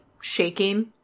shaking